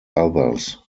others